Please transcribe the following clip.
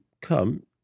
come